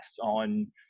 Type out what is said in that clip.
on